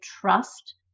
trust